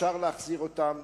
אפשר להחזיר אותם.